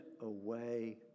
away